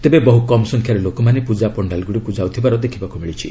ତେବେ ବହୁ କମ୍ ସଂଖ୍ୟାରେ ଲୋକମାନେ ପ୍ରଜା ପଶ୍ଚାଲ୍ଗୁଡ଼ିକୁ ଯାଉଥିବାର ଦେଖିବାକୁ ମିଳିଛି